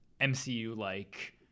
MCU-like